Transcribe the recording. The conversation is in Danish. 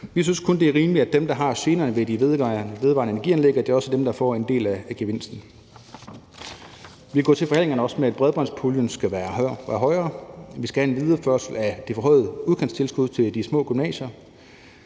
at det er dem, der har generne ved de vedvarende energi-anlæg, som også får en del af gevinsten. Vi går også til forhandlingerne med ønsket om, at bredbåndspuljen skal være større, at vi skal have en videreførelse af det forhøjede udkantstilskud til de små gymnasier;